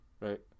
right